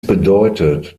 bedeutet